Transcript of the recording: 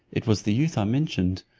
it was the youth i mentioned,